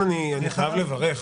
אני רוצה לברך,